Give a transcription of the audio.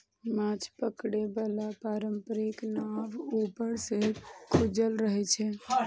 माछ पकड़े बला पारंपरिक नाव ऊपर सं खुजल रहै छै